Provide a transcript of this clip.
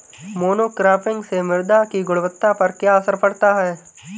Monocropping से मृदा की गुणवत्ता पर क्या असर पड़ता है?